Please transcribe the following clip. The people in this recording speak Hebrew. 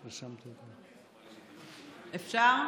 אפשר?